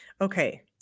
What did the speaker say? Okay